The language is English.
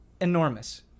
enormous